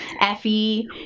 Effie